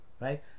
right